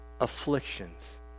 afflictions